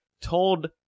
told